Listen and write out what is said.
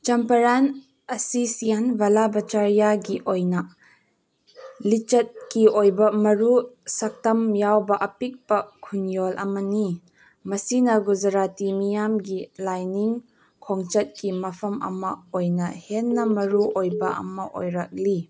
ꯆꯝꯄꯔꯥꯟ ꯑꯁꯤ ꯁꯤꯌꯦꯟ ꯕꯂꯥ ꯕꯆꯥꯔꯤꯌꯥꯒꯤ ꯑꯣꯏꯅ ꯂꯤꯆꯠꯀꯤ ꯑꯣꯏꯕ ꯃꯔꯨ ꯁꯛꯇꯝ ꯌꯥꯎꯕ ꯑꯄꯤꯛꯄ ꯈꯨꯟꯌꯣꯜ ꯑꯃꯅꯤ ꯃꯁꯤꯅ ꯒꯨꯖꯔꯥꯇꯤ ꯃꯤꯌꯥꯝꯒꯤ ꯂꯥꯏꯅꯤꯡ ꯈꯣꯡꯆꯠꯀꯤ ꯃꯐꯝ ꯑꯃ ꯑꯣꯏꯅ ꯍꯦꯟꯅ ꯃꯔꯨ ꯑꯣꯏꯕ ꯑꯃ ꯑꯣꯏꯔꯛꯂꯤ